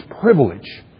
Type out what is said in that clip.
privilege